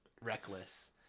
reckless